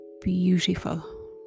beautiful